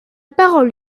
parole